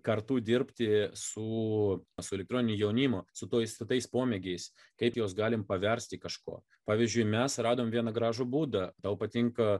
kartu dirbti su su elektroniniu jaunimu su tuo su tais pomėgiais kaip juos galim paversti kažkuo pavyzdžiui mes radom vieną gražų būdą tau patinka